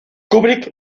kubrick